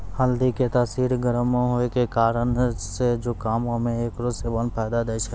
हल्दी के तासीर गरम होय के कारण से जुकामो मे एकरो सेबन फायदा दै छै